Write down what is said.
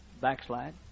backslide